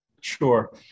Sure